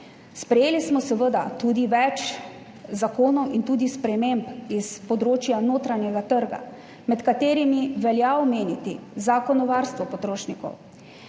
Sprejeli smo seveda tudi več zakonov in sprememb s področja notranjega trga, med katerimi velja omeniti Zakon o varstvu potrošnikov,